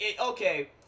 Okay